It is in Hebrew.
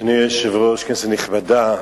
אדוני היושב-ראש, כנסת נכבדה,